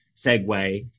segue